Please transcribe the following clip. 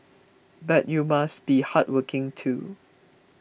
but you must be hardworking too